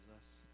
Jesus